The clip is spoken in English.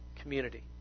community